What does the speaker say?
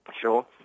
Sure